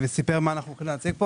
אם זה נכון או לא אפשר להתווכח על זה.